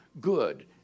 good